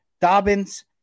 Dobbins